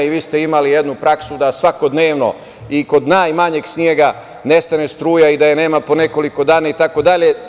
Vi ste imali jednu praksu da svakodnevno i kod najmanjeg snega nestane struje i da je nema po nekoliko dana itd.